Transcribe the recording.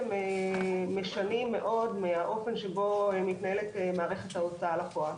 משנים מאוד מהאופן שבו מתנהלת מערכת ההוצאה לפועל.